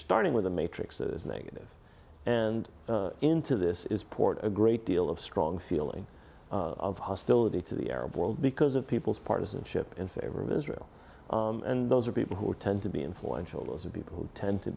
starting with a matrix a negative and into this is port a great deal of strong feeling of hostility to the arab world because of people's partisanship in favor of israel and those are people who tend to be influential those are people who tend to